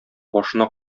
башына